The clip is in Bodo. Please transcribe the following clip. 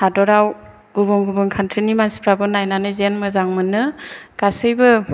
हादराव गुबुन गुबुन कानट्रिनि मानसिफ्राबो नायनानै जेन मोजां मोनो गासैबो